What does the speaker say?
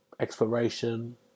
exploration